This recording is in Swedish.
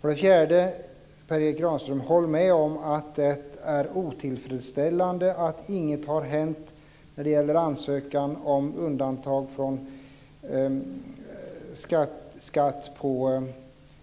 För det fjärde, Per Erik Granström: Håll med om att det är otillfredsställande att inget har hänt när det gäller ansökan om undantag från skatt på